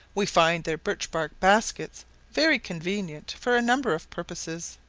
we find their birch-bark baskets very convenient for a number of purposes.